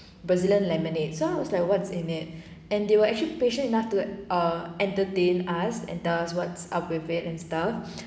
brazilian lemonade so I was like what's in it and they were actually patient enough to uh entertain us and tell us what's up with it and stuff